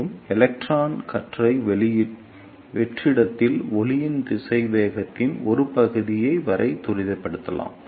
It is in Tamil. மேலும் எலக்ட்ரான் கற்றை வெற்றிடத்தில் ஒளியின் திசைவேகத்தின் ஒரு பகுதியை வரை துரிதப்படுத்தலாம்